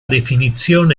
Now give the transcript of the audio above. definizione